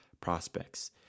prospects